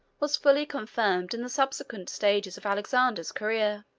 was fully confirmed in the subsequent stages of alexander's career.